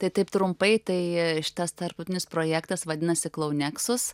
tai taip trumpai tai šitas tarptautinis projektas vadinasi klauneksus